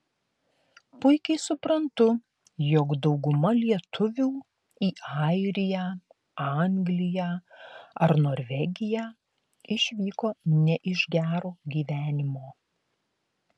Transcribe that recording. puikiai suprantu jog dauguma lietuvių į airiją angliją ar norvegiją išvyko ne iš gero gyvenimo